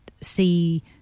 see